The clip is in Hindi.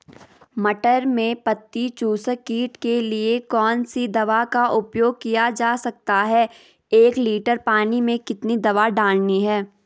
मटर में पत्ती चूसक कीट के लिए कौन सी दवा का उपयोग किया जा सकता है एक लीटर पानी में कितनी दवा डालनी है?